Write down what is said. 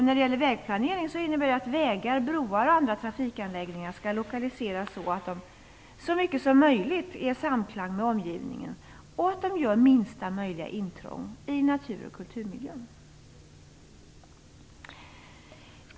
När det gäller vägplanering innebär det att vägar, broar och andra trafikanläggningar skall lokaliseras så att de så mycket som möjligt är i samklang med omgivningen och så att de gör minsta möjliga intrång i natur och kulturmiljön.